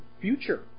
future